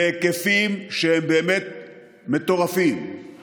בהיקפים שהם באמת מטורפים,